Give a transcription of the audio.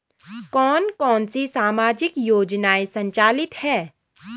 कौन कौनसी सामाजिक योजनाएँ संचालित है?